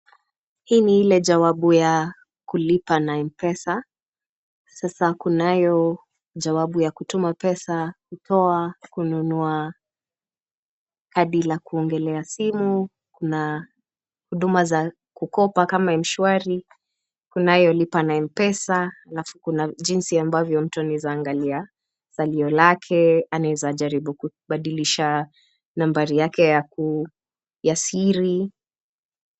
Hii ni ile jawabu ya kulipa na M-Pesa, sasa kunayo jawabu ya kutuma pesa, kutoa, kununua kadi la kuongelea simu, kuna huduma za kukopa kama mshwari , kunayo lipa na M-Pesa. Halafu kuna jinsi ambavyo mtu anaweza anglia salio lake, anaweza jaribu kubadilisha nambari yake ya siri.